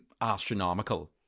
astronomical